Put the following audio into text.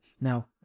Now